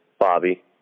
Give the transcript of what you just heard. Bobby